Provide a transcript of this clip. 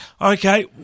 Okay